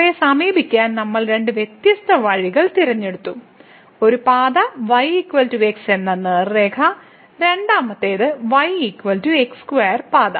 00 യെ സമീപിക്കാൻ നമ്മൾ രണ്ട് വ്യത്യസ്ത വഴികൾ തിരഞ്ഞെടുത്തു ഒരു പാത y x എന്ന നേർരേഖ രണ്ടാമത്തേത് y x2 പാത